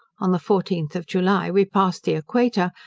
on the fourteenth of july we passed the equator,